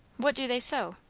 what do they sew?